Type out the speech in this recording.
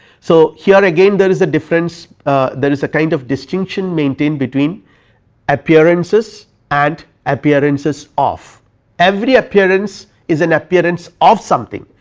so here again there is a difference there is a kind of distinction maintained between appearances and appearances of every appearance is an appearance of something.